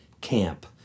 camp